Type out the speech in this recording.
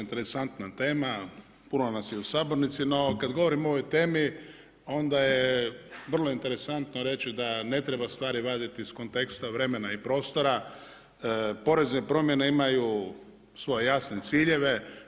Vrlo interesantna tema, puno nas je u Sabornici, no kad govorimo o ovoj temi, onda je vrlo interesantno reći da ne treba stvari vaditi iz konteksta vremena i prostora, porezne promjene imaju svoje jasne ciljeve.